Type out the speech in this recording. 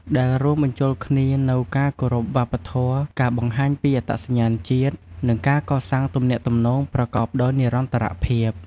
ដែលរួមបញ្ចូលគ្នានូវការគោរពវប្បធម៌ ការបង្ហាញពីអត្តសញ្ញាណជាតិ និងការកសាងទំនាក់ទំនងប្រកបដោយនិរន្តរភាព។